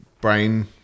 brain